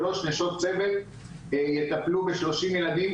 שלוש נשות צוות יטפלו בשלושים ילדים,